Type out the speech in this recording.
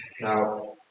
Now